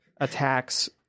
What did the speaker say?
attacks